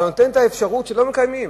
אבל יש אפשרות שלא מקיימים,